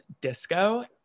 disco